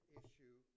issue